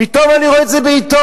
פתאום אני רואה את זה בעיתון.